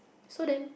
so then